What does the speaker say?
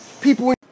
people